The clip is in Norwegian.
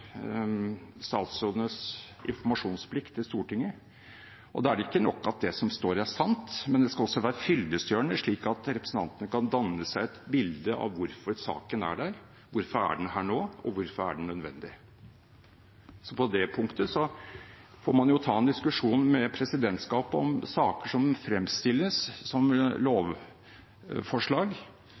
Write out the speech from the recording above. statsrådenes informasjonsplikt til Stortinget. Da er det ikke nok at det som står, er sant, det skal også være fyllestgjørende, slik at representantene kan danne seg et bilde av hvorfor saken er der. Hvorfor er den her nå, og hvorfor er den nødvendig? På det punktet får man ta en diskusjon med presidentskapet om hvorvidt saker som fremstilles som lovforslag,